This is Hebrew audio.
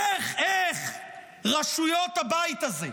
איך, איך רשויות הבית הזה,